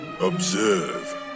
Observe